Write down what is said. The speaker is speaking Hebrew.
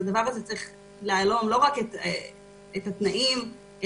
הדבר הזה צריך להלום לא רק את התנאים של